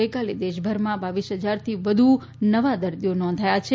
ગઇકાલે દેશભરમાં બાવીસ હજારથી વધુ નવા દર્દીઓ નોંધાયા છે